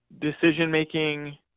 decision-making